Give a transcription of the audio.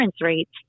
rates